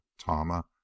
Tama